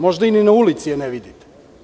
Možda je ni na ulici ne vidite.